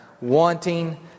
wanting